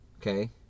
Okay